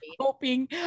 Hoping